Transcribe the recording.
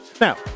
Now